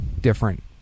different